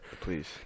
Please